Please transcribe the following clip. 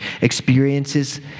Experiences